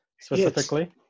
specifically